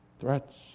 threats